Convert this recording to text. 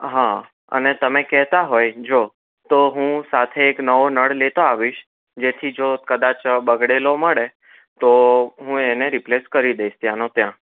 હા અને તમે કહેતા હોય જો તો હું સાથે એક નવો નળ લેતો આવીશ જેથી જો કદાચ બગડેલો મળે તો હુ એને રિપ્લેસ કરી દઇશ ત્યાંનો ત્યાં